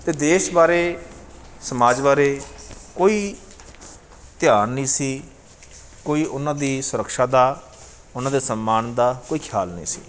ਅਤੇ ਦੇਸ਼ ਬਾਰੇ ਸਮਾਜ ਬਾਰੇ ਕੋਈ ਧਿਆਨ ਨਹੀਂ ਸੀ ਕੋਈ ਉਨ੍ਹਾਂ ਦੀ ਸੁਰਕਸ਼ਾ ਦਾ ਉਨ੍ਹਾਂ ਦੇ ਸਨਮਾਨ ਦਾ ਕੋਈ ਖਿਆਲ ਨਹੀਂ ਸੀ